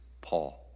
Paul